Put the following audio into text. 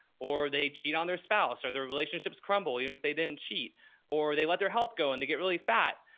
or they cheat on their spouse or their relationships crumble. even if they didn't cheat or they let their health go and they get really fat,